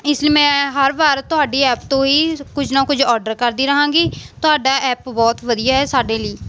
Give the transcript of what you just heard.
ਇਸ ਲਈ ਮੈਂ ਹਰ ਵਾਰ ਤੁਹਾਡੀ ਐਪ ਤੋਂ ਹੀ ਕੁਝ ਨਾ ਕੁਝ ਆਰਡਰ ਕਰਦੀ ਰਹਾਂਗੀ ਤੁਹਾਡਾ ਐਪ ਬਹੁਤ ਵਧੀਆ ਹੈ ਸਾਡੇ ਲਈ